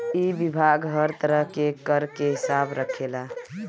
इ विभाग हर तरह के कर के हिसाब रखेला